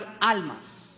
almas